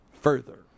further